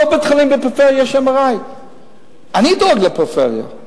לכל בית-חולים בפריפריה יש MRI. אני דואג לפריפריה,